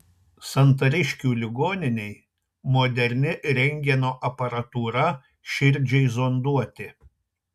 santariškių ligoninei moderni rentgeno aparatūra širdžiai zonduoti